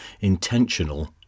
intentional